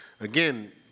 Again